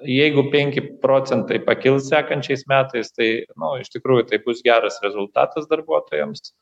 jeigu penki procentai pakils sekančiais metais tai nu iš tikrųjų tai bus geras rezultatas darbuotojams